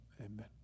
amen